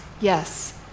Yes